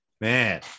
Man